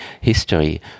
history